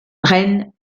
reine